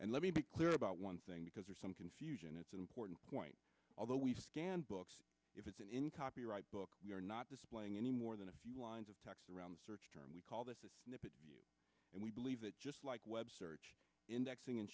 and let me be clear about one thing because there's some confusion it's an important point although we scan books if it isn't in copyright books we are not displaying any more than a few lines of text around the search term we call this a snippet and we believe that just like web search indexing and